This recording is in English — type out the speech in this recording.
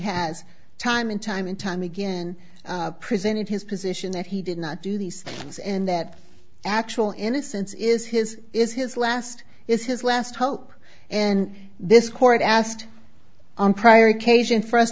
has time and time and time again presented his position that he did not do these things and that actual innocence is his is his last is his last hope and this court asked on prior occasions for us